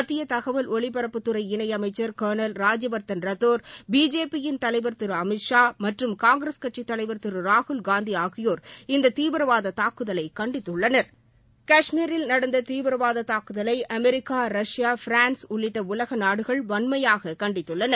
மத்திய தகவல் ஒலிபரப்புத்துறை இணையமைச்சர் கர்ணல் ராஜ்யவர்தன் ரத்தோர் பிஜேபியின் தலைவர் திரு அமித் ஷா மற்றும் காங்கிரஸ் கட்சித்தலைவர் திரு ராகுல்காந்தி ஆகியோர் இந்த தீவிரவாத தங்குதலை கண்டித்துள்ளனர் காஷ்மீரில் நடந்த தீவிரவாத தாக்குதலை அமெரிக்கா ரஷ்யா பிரான்ஸ் உள்ளிட்டஉலக நாடுகள் வண்மையாக கண்டித்துள்ளன